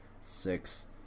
six